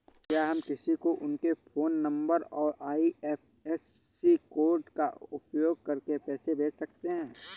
क्या हम किसी को उनके फोन नंबर और आई.एफ.एस.सी कोड का उपयोग करके पैसे कैसे भेज सकते हैं?